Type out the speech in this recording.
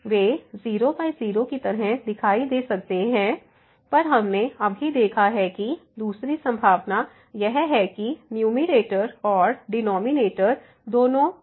वे 00 की तरह दिखाई दे सकते हैं पर हमने अभी देखा है कि दूसरी संभावना यह है कि न्यूमैरेटर और डिनॉमिनेटर दोनों हैं